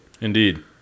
Indeed